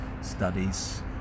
studies